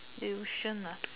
tuition nah